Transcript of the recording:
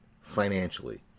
financially